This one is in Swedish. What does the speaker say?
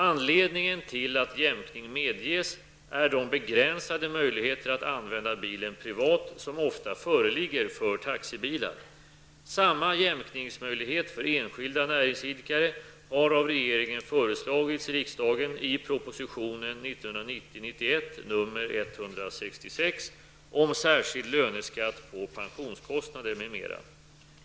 Anledningen till att jämkning medges är de begränsade möjligheter att använda bilen privat som ofta föreligger för innehavare av taxibilar.